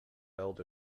held